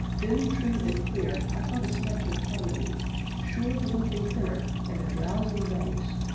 then, true and clear, i caught a snatch of harmony sure lilting tenor, and a drowsing bass,